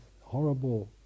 horrible